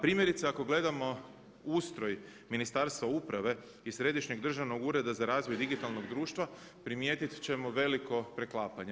Primjerice ako gledamo ustroj Ministarstva uprave i Središnjeg državnog ureda za razvoj digitalnog društva primijetit ćemo velimo preklapanje.